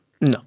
No